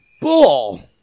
bull